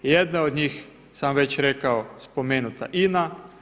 Jedna od njih sam već rekao spomenuta INA.